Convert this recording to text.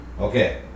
Okay